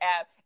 app